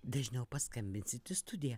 dažniau paskambinsit į studiją